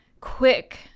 quick